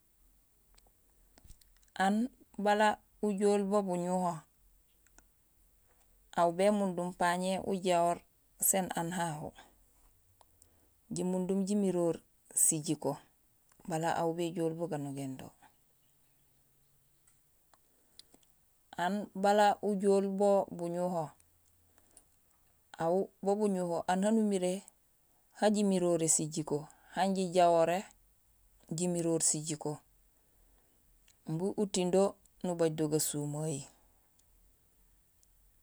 Aan bala ujool bo buñuho, aw bémundum pañé ujahoor sén aan hahu, jimundum jimiroor sijiko bala aw béjool buganogéén do. Aan bala ujool bo buñuho, aw bo buñuho aan haan umiré han jimiroré sijiko, han jijahoré, jimiroor sijiko imbi utiiŋ do nubay do gasumay